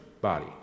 body